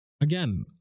again